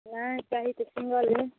चाही तऽ single room